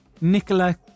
Nicola